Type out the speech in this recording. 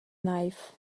neiv